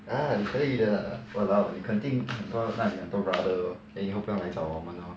ah 你可以的 !walao! 你肯定很多哪里很多 brother then 以后不用来找我们 lor